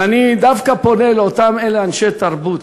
ואני דווקא פונה לאותם אלה, אנשי התרבות.